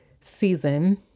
season